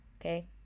Okay